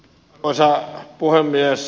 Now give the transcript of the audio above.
arvoisa puhemies